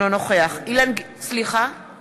בעד